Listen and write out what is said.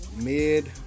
mid